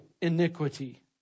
iniquity